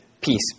Peace